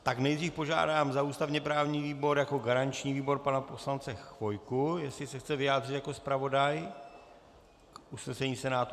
Tak nejdřív požádám za ústavněprávní výbor jako garanční výbor pana poslance Chvojku, jestli se chce vyjádřit jako zpravodaj k usnesení Senátu?